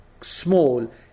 small